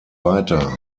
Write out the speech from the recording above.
weiter